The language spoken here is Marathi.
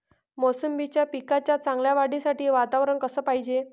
मोसंबीच्या पिकाच्या चांगल्या वाढीसाठी वातावरन कस पायजे?